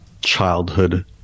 childhood